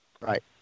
Right